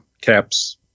caps